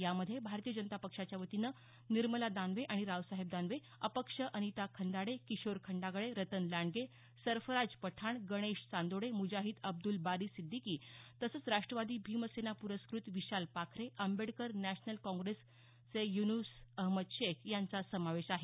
यामध्ये भारतीय जनता पक्षाच्यावतीनं निर्मला दानवे आणि रावसाहेब दानवे अपक्ष अनिता खंदाडे किशोर खंडागळे रतन लांडगे सरफराज पठाण गणेश चांदोडे मुजाहिद अब्दुल बारी सिद्दीकी तसंच राष्ट्रवादी भीमसेना पुरस्कृत विशाल पाखरे आंबेडकर नॅशनल काँग्रेस युनूस अहमद शेख समावेश आहे